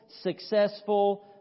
successful